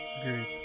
Agreed